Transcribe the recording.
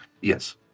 Yes